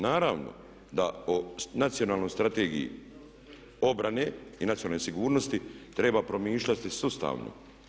Naravno da o Nacionalnoj strategiji obrane i nacionalne sigurnosti treba promišljati sustavno.